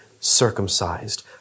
circumcised